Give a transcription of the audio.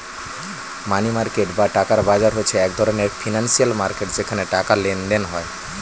মানি market বা টাকার বাজার হচ্ছে এক ধরণের ফিনান্সিয়াল মার্কেট যেখানে টাকার লেনদেন হয়